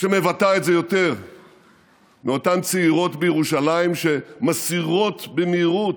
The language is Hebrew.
שמבטאה את זה יותר מאותן צעירות בירושלים שמסירות במהירות,